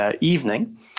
evening